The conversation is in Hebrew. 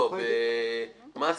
לא, במסה.